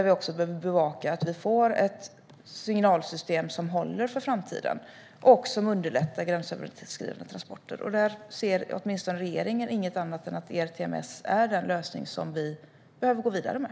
Vi behöver bevaka att vi får ett signalsystem som håller för framtiden och som underlättar gränsöverskridande transporter. Regeringen ser inget annat än att ERTMS är den lösning som vi behöver gå vidare med.